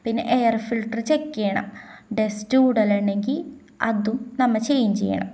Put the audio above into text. പിന്നെ air filter check ചെയ്യണം dust കൂടുതലുണ്ടെങ്കില് അതും നമ്മള് ചേഞ്ച് ചെയ്യണം